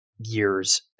years